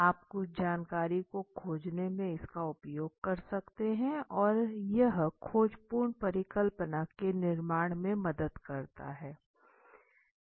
आप कुछ जानकारी को खोजने में इसका उपयोग कर सकते हैं और यह खोजपूर्ण परिकल्पना के निर्माण में मदद करता है